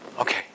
Okay